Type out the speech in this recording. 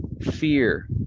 fear